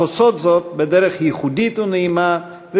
אך עושות זאת בדרך ייחודית ונעימה,